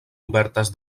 obertes